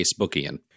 Facebookian